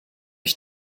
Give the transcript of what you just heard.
ich